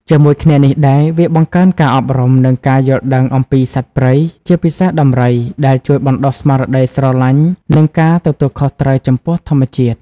ជាមួយគ្នានេះដែរ វាបង្កើន ការអប់រំ និង ការយល់ដឹងអំពីសត្វព្រៃ ជាពិសេសដំរី ដែលជួយបណ្ដុះស្មារតីស្រឡាញ់ និងការទទួលខុសត្រូវចំពោះធម្មជាតិ។